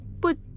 But